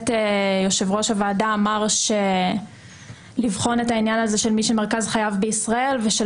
יושב ראש הוועדה אמר לבחון את העניין הזה של מי שמרכז חייו בישראל ושל